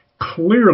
clearly